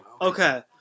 okay